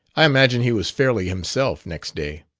i imagine he was fairly himself next day.